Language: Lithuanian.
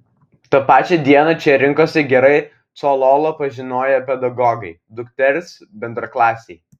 tą pačią dieną čia rinkosi gerai cololo pažinoję pedagogai dukters bendraklasiai